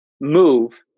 move